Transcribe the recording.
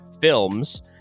films